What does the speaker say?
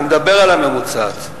אני מדבר על הממוצעת.